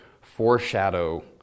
foreshadow